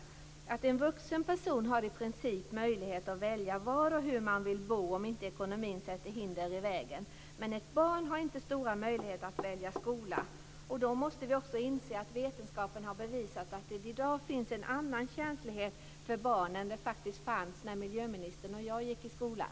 En vuxen person har i princip möjlighet att välja var och hur man vill bo om inte ekonomin sätter hinder i vägen. Men ett barn har inte stora möjligheter att välja skola. Då måste vi inse att vetenskapen har bevisat att barnen av i dag har en annan känslighet än när miljöministern och jag gick i skolan.